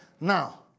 Now